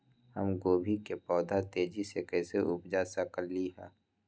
हम गोभी के पौधा तेजी से कैसे उपजा सकली ह?